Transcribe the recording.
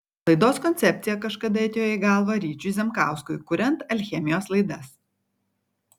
laidos koncepcija kažkada atėjo į galvą ryčiui zemkauskui kuriant alchemijos laidas